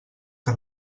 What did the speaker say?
que